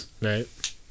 Right